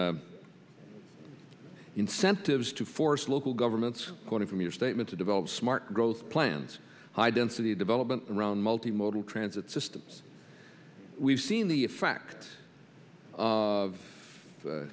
incentives to force local governments going from your statement to develop smart growth plans identity development around multi modal transit systems we've seen the effects of